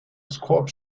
escort